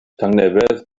tangnefedd